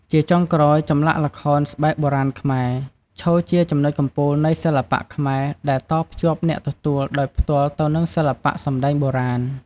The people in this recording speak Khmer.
ជាចុងក្រោយ ចម្លាក់ល្ខោនស្បែកបុរាណខ្មែរ ឈរជាចំណុចកំពូលនៃសិល្បៈខ្មែរ ដែលតភ្ជាប់អ្នកទទួលដោយផ្ទាល់ទៅនឹងសិល្បៈសំដែងបុរាណ។